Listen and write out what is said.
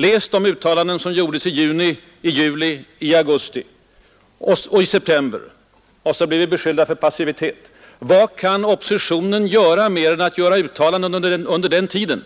Läs de uttalanden som jag gjorde i juni, i juli, i augusti och i september! Och så blir vi beskyllda för passivitet. Vad kunde oppositionen göra under den tiden mer än att göra uttalanden?